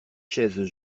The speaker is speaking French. chaises